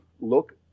look